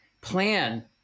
plan